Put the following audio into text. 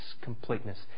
completeness